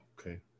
okay